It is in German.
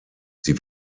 sie